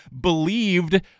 believed